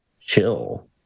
chill